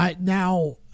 now